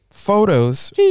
Photos